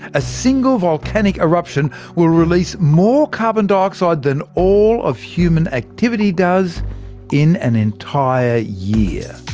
a single volcanic eruption will release more carbon dioxide than all of human activity does in an entire year.